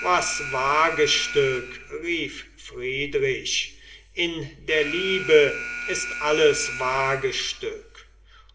was wagestück rief friedrich in der liebe ist alles wagestück